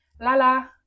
lala